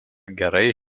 gerai